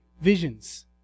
visions